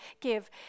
give